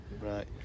Right